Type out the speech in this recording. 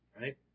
Right